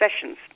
sessions